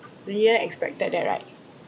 you didn't expected that right